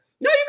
No